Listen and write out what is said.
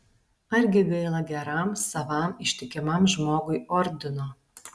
argi gaila geram savam ištikimam žmogui ordino